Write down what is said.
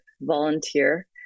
volunteer